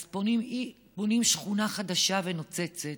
אז בונים שכונה חדשה ונוצצת,